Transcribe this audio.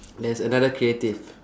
there's another creative